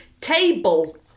table